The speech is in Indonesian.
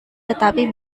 tetapi